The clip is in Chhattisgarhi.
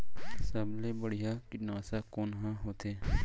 सबले बढ़िया कीटनाशक कोन ह होथे?